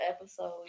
episode